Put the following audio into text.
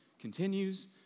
continues